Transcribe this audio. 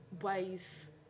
ways